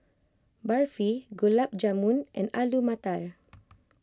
Barfi Gulab Jamun and Alu Matar